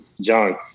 John